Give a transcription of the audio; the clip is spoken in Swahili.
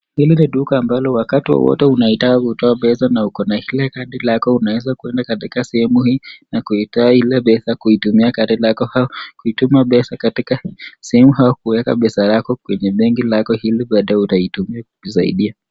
Hili ni duka ambalo wakati wowote unahitaji kutoa pesa na ukona kile kadi lako unaweza kuenda katika sehemu hii na kuitoa ile pesa kuitumia kadi lako au kuituma pesa katika sehemu au kuweka pesa lako kwenye benki yako ili baadae utaitumia kujisaidia.